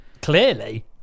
Clearly